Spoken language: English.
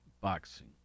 boxing